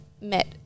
met